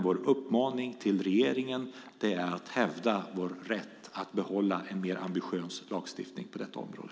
Vi uppmanar regeringen att hävda Sveriges rätt att behålla en mer ambitiös lagstiftning på detta område.